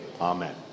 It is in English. Amen